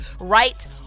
Right